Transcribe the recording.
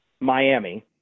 Miami